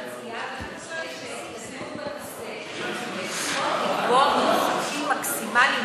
אני מציעה לדון בנושא ולפחות לקבוע מרחקים מקסימליים,